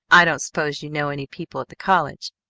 i don't suppose you know any people at the college.